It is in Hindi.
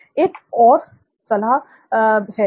यहां पर एक और सलाह है